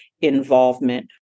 involvement